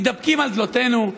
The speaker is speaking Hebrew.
מתדפקים על דלתותינו,